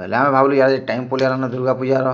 ବଇଲେ ଆମେ ଭାବଲୁଁ ଇଆଡ଼େ ଟାଇମ୍ ପଲାଇ ଆଏଲାନ ଦୁର୍ଗା ପୂଜାର